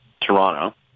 Toronto